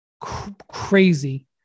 crazy